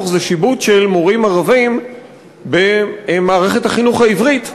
זה שיבוץ של מורים ערבים במערכת החינוך העברית.